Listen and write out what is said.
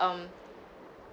um